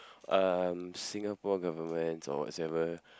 um Singapore government or whatsoever